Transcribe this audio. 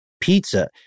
Pizza